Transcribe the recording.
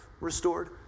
Restored